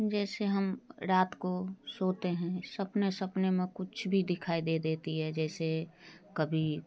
जैसे हम रात को सोते हैं सपने सपने में कुछ भी दिखाई दे देता है जैसे कभी